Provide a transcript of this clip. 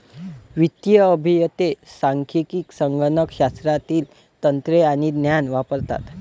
वित्तीय अभियंते सांख्यिकी, संगणक शास्त्रातील तंत्रे आणि ज्ञान वापरतात